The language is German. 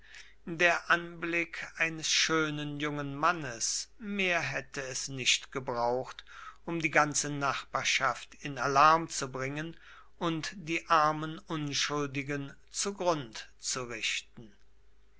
der anblick eines schönen jungen mannes mehr hätte es nicht gebraucht um die ganze nachbarschaft in alarm zu bringen und die armen unschuldigen zugrund zu richten